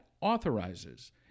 authorizes